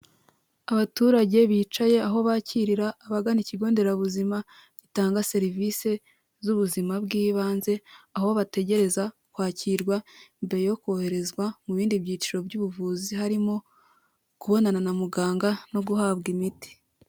Abaturage bicaye aho bakirira abagana ikigo nderabuzima gitanga serivisi z'ubuzima bw'ibanze, aho bategereza kwakirwa mbere yo koherezwa mu bindi byiciro by'ubuvuzi, harimo kubonana na muganga no guhabwa imiti.